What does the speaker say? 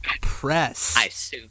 press